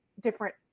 different